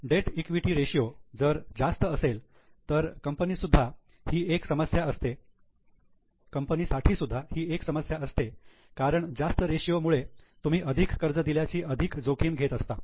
date equity ratio जर जास्त असेल तर कंपनीसाठी सुद्धा ही एक समस्या असते कारण जास्त रेषीयो मुळे तुम्ही अधिक कर्ज दिल्याची अधिक जोखीम घेत असता